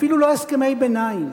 אפילו לא הסכמי ביניים,